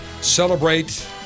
celebrate